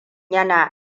yana